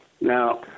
Now